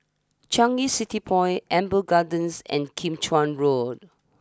Changi City Point Amber Gardens and Kim Chuan Road